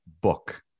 book